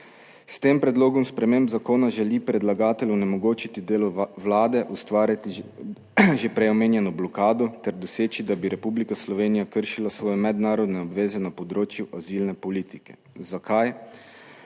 S tem predlogom sprememb zakona želi predlagatelj onemogočiti delo Vlade, ustvariti že prej omenjeno blokado ter doseči, da bi Republika Slovenija kršila svoje mednarodne obveze na področju azilne politike. Zakaj?